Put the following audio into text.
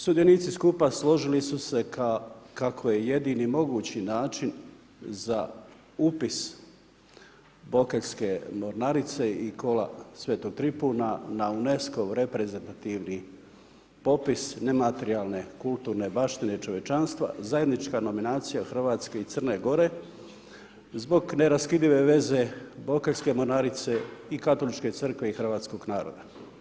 Sudionici skupa složili su se kako je jedini mogući način za upis Bokeljske mornarice i kola Svetog Tripuna na UNSECO-ov reprezentativni popis nematerijalne kulturne zaštite čovječanstva, zajednička nominacija Hrvatske i Crne Gore, zbog neraskidljive veze Bokeljske mornarice i Katoličke crkve i hrvatskog naroda.